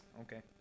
Okay